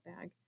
bag